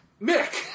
Mick